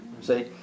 see